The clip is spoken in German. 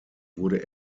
wurde